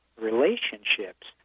relationships